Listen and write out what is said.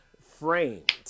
framed